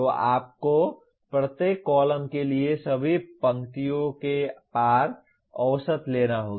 तो आपको प्रत्येक कॉलम के लिए सभी पंक्तियों के पार औसत लेना होगा